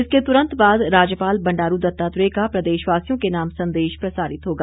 इसके तुरंत बाद राज्यपाल बंडारू दत्तात्रेय का प्रदेशवासियों के नाम संदेश प्रसारित होगा